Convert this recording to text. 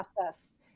process